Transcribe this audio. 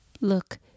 Look